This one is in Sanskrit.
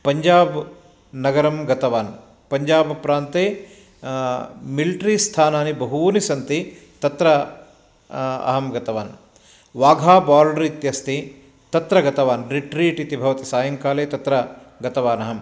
पञ्जाब् नगरं गतवान् पञ्जाब् प्रान्त्ये मिल्ट्रि स्थानानि बहूनि सन्ति तत्र अहं गतवान् वाघा बार्डर् इत्यस्ति तत्र गतवान् रिट्रीट् इति भवति सायङ्काले तत्र गतवान् अहं